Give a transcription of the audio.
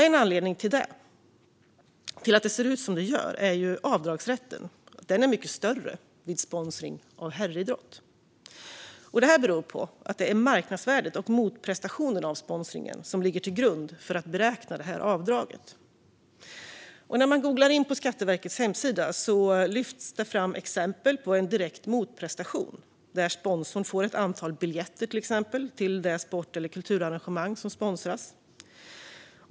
En anledning till att det ser ut som det gör är att avdragsrätten är mycket större vid sponsring av herridrott. Detta beror på att det är marknadsvärdet och motprestationen av sponsringen som ligger till grund för att beräkna avdraget. När man går in på Skatteverkets hemsida ser man ett exempel på direkt motprestation, till exempel att sponsorn får ett antal biljetter till det sport eller kulturarrangemang som sponsras.